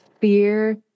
fear